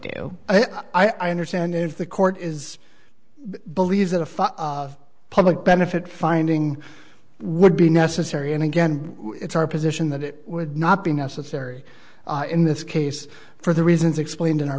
do i understand if the court is believes that a public benefit finding would be necessary and again it's our position that it would not be necessary in this case for the reasons explained in our